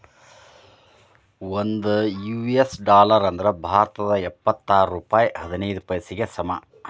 ಒಂದ್ US dollar ಅಂದ್ರ ಭಾರತದ್ ಎಪ್ಪತ್ತಾರ ರೂಪಾಯ್ ಹದಿನೈದ್ ಪೈಸೆಗೆ ಸಮ